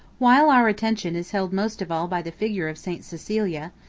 while our attention is held most of all by the figure of st. cecilia,